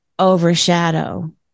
overshadow